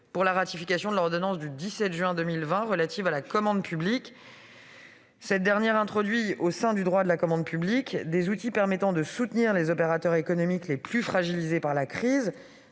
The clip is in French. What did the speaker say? pour la ratification de l'ordonnance du 17 juin 2020 relative à la commande publique. Cette dernière introduit, au sein du droit de la commande publique, des outils permettant de soutenir les opérateurs économiques les plus fragilisés par la crise.